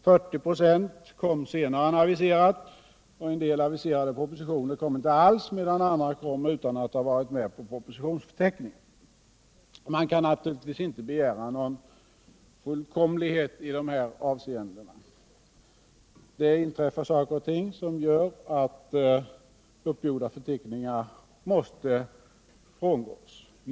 40 96 kom senare än aviserats och en hel del aviserade propositioner kom inte alls, medan andra kom utan att ha varit med på propositionsförteckningarna. Man kan naturligtvis inte begära någon fullkomlighet i dessa avseenden. Det inträffar saker och ting som gör att uppgjorda förteckningar måste frångås.